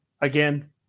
again